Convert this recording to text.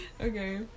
Okay